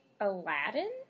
Aladdin